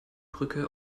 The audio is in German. brücke